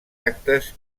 actes